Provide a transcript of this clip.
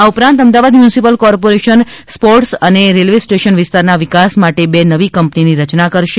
આ ઉપરાંત Ahmedabad municipal corporation sports અને રેલવે સ્ટેશન વિસ્તારના વિકાસ માટે બે નવી કંપનીની રચના કરશે